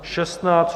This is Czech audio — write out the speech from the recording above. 16.